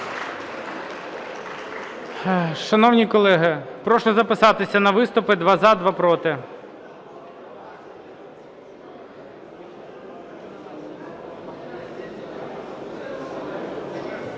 Шановні колеги, прошу записатися на виступи: два – за, два – проти.